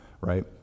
right